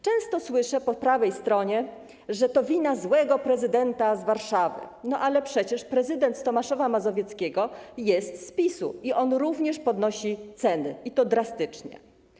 Często słyszę po prawej stronie, że to wina złego prezydenta z Warszawy, ale przecież prezydent z Tomaszowa Mazowieckiego jest z PiS-u i on również podnosi ceny, i to drastycznie.